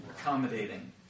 Accommodating